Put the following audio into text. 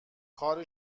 کار